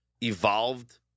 evolved